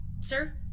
Sir